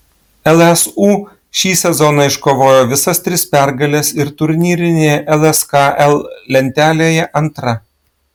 lsu šį sezoną iškovojo visas tris pergales ir turnyrinėje lskl lentelėje antra